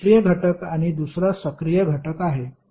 एक निष्क्रिय घटक आणि दुसरा सक्रिय घटक आहे